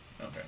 Okay